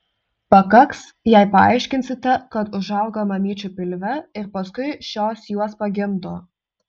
pakaks jei paaiškinsite kad užauga mamyčių pilve ir paskui šios juos pagimdo